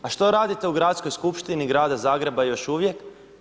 A što radite u Gradskoj skupštini Grada Zagreba još uvijek?